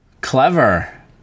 Clever